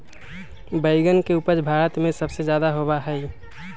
बैंगन के उपज भारत में सबसे ज्यादा होबा हई